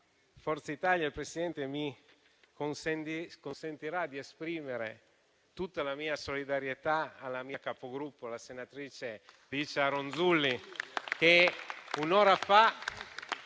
Forza Italia, signor Presidente, mi consentirà di esprimere tutta la mia solidarietà alla Capogruppo, senatrice Licia Ronzulli, che un'ora fa